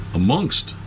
amongst